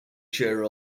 chair